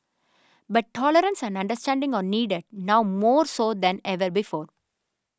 but tolerance and understanding are needed now more so than ever before